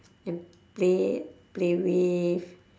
and play play with